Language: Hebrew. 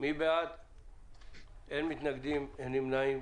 אין מתנגדים, אין נמנעים,